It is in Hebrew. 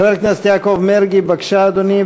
חבר הכנסת יעקב מרגי, בבקשה, אדוני.